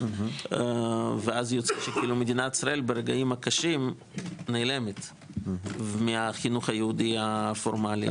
ואז יוצא שמדינת ישראל ברגעים הקשים נעלמת מהחינוך היהודי הפורמלי.